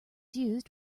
used